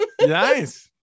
Nice